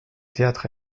théâtre